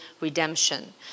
redemption